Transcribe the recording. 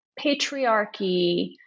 patriarchy